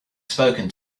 spoken